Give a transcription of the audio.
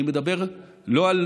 אני מדבר לא על